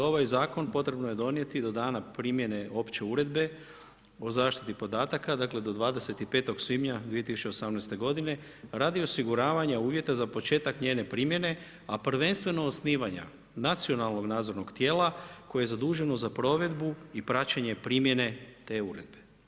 Ovaj zakon potrebno je donijeti do dana primjene opće uredbe o zaštiti podataka, dakle do 25. svibnja 2018. godine radi osiguravanja uvjeta za početak njene primjene, a prvenstveno osnivanja nacionalnog nadzornog tijela koje je zaduženo za provedbu i praćenje primjene te uredbe.